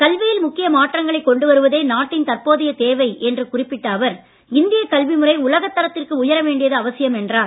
கல்வியில் முக்கிய மாற்றங்களைக் கொண்டுவருவதே நாட்டின் தற்போதையத் தேவை என்று குறிப்பிட்ட அவர் இந்தியக் கல்வி முறை உலகத் தரத்திற்கு உயர வேண்டியது அவசியம் என்றார்